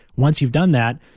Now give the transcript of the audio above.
once you've done that,